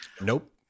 Nope